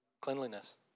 Cleanliness